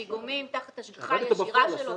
תחת השגחה ישירה שלו.